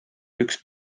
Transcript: üks